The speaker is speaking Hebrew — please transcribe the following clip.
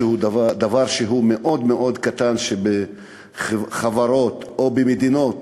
דבר שהוא מאוד מאוד קטן, שבחברות או במדינות